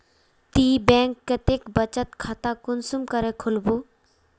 ती बैंक कतेक बचत खाता कुंसम करे खोलबो?